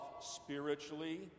spiritually